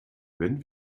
wenn